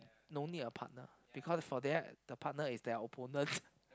no need a partner because for that the partner is their opponent